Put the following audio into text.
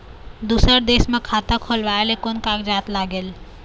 दूसर देश मा खाता खोलवाए ले कोन कागजात लागेल?